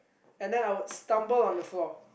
and then I would stumble on the floor